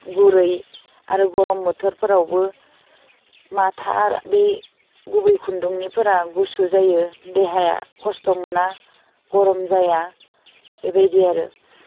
गुरै आरो गर'म बोथोरफोरावबो माथा बे गुबै खुन्दुंनिफोरा गुसु जायो देहाया खस्थ' मोना गर'म जाया बेबायदि आरो